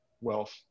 wealth